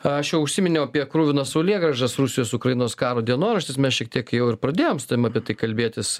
aš jau užsiminiau apie kruvinas saulėgrąžas rusijos ukrainos karo dienoraštis mes šiek tiek jau ir pradėjom su tavim apie tai kalbėtis